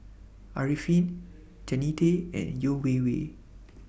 Arifin Jannie Tay and Yeo Wei Wei